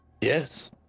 Yes